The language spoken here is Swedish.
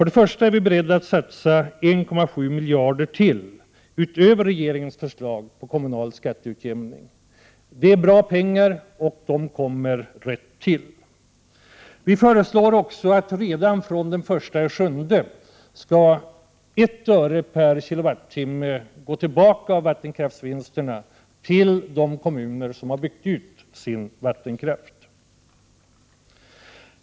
Centern är beredd att satsa 1,7 miljarder utöver regeringsförslaget på kommunal skatteutjämning. Detta är bra, och medlen kommer vid rätt tillfälle. Vi föreslår också att I öre/kWt av vattenkraftvinsterna från den 1 juli skall gå tillbaka till de kommuner som har byggt ut sin vattenkraft.